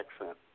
accent